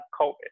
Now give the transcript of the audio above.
COVID